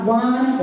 one